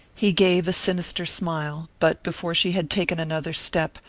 he gave a sinister smile, but before she had taken another step,